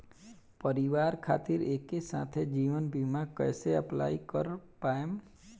परिवार खातिर एके साथे जीवन बीमा कैसे अप्लाई कर पाएम?